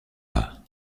pas